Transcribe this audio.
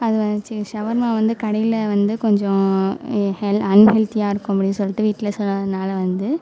அது சவர்மா வந்து கடையில் வந்து கொஞ்சம் அன்ஹெல்த்தியா இருக்கும் அப்படின்னு சொல்லிட்டு வீட்டில் சொன்னதினால வந்து